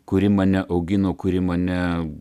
kuri mane augino kuri mane